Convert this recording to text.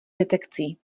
detekcí